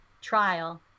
trial